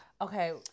Okay